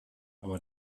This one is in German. aber